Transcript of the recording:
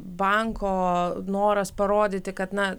banko noras parodyti kad na